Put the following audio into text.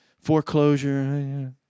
foreclosure